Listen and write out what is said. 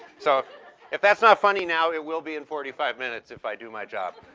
so if that's not funny now, it will be in forty five minutes, if i do my job.